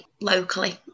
locally